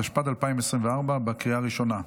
התשפ"ד 2024, בקריאה ראשונה.